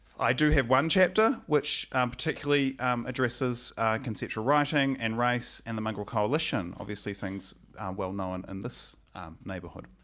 i do have one chapter which um particularly addresses conceptual writing and race and the mongrel coalition obviously things are well known in this neighborhood.